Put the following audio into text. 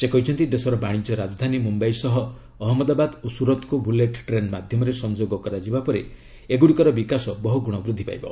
ସେ କହିଛନ୍ତି ଦେଶର ବାଣିଜ୍ୟ ରାଜଧାନୀ ମୁମ୍ଭାଇ ସହ ଅହମ୍ମଦାବାଦ ଓ ସୁରତ୍କୁ ବୁଲେଟ୍ ଟ୍ରେନ୍ ମାଧ୍ୟମରେ ସଂଯୋଗ କରାଯିବା ପରେ ଏଗୁଡ଼ିକର ବିକାଶ ବହୁ ଗୁଣ ବୃଦ୍ଧି ପାଇବ